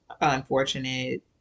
unfortunate